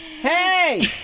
Hey